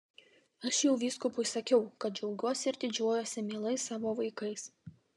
aš jau vyskupui sakiau kad džiaugiuosi ir didžiuojuosi mielais savo vaikais